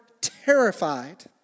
terrified